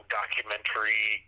documentary